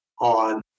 on